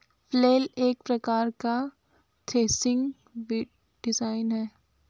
flail एक प्रकार का थ्रेसिंग डिवाइस है